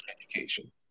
education